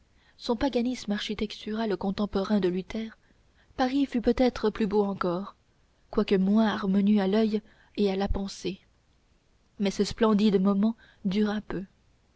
son paganisme architectural contemporain de luther paris fut peut-être plus beau encore quoique moins harmonieux à l'oeil et à la pensée mais ce splendide moment dura peu